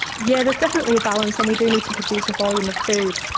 yeah there's definitely a balance and we do need to produce a volume of food,